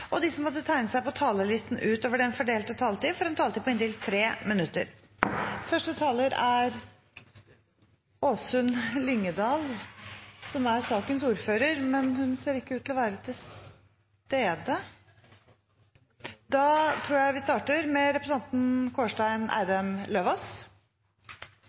og de som måtte tegne seg på talerlisten utover den fordelte taletid, får en taletid på inntil 3 minutter. Første taler er representanten Åsunn Lyngedal, som er sakens ordfører. Hun ser ikke ut til å være til stede. Da starter vi med representanten Kårstein Eidem Løvaas.